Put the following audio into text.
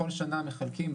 בכל שנה מחלקים,